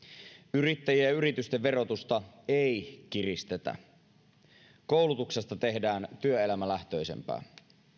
yrittäjien ja yritysten verotusta ei kiristetä koulutuksesta tehdään työelämälähtöisempää